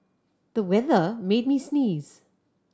the weather made me sneeze